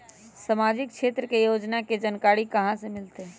सामाजिक क्षेत्र के योजना के जानकारी कहाँ से मिलतै?